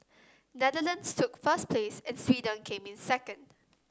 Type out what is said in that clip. Netherlands took first place and Sweden came in second